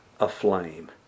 aflame